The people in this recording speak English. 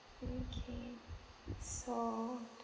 okay so